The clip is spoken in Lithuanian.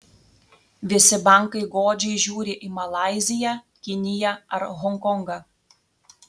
visi bankai godžiai žiūri į malaiziją kiniją ar honkongą